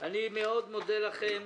אני מאוד מודה לכם.